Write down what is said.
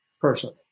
person